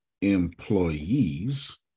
employees